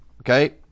okay